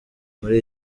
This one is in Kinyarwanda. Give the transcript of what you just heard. muri